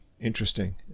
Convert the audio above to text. interesting